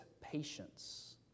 patience